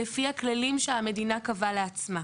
לפי הכללים שהמדינה קבעה לעצמה.